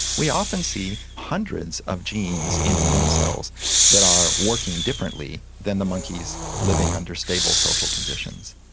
we often see hundreds of genes in immune cells that are working differently than the monkeys living under stable social conditions.